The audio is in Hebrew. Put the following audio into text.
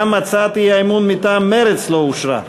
גם הצעת האי-אמון מטעם מרצ לא אושרה.